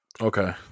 Okay